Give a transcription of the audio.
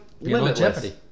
Limitless